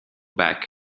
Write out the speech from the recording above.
back